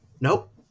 Nope